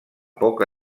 poca